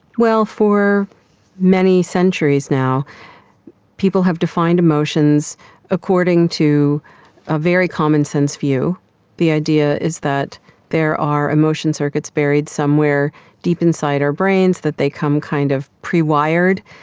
well, for many centuries now people have defined emotions according to a very common-sense view the idea is that there are emotion circuits buried somewhere deep inside our brains, that they come kind of prewired,